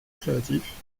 créatif